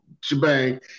shebang